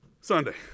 Sunday